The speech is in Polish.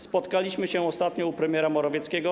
Spotkaliśmy się ostatnio u premiera Morawieckiego.